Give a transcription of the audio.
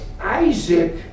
Isaac